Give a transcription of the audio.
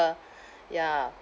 ya